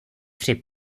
při